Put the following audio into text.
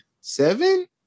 seven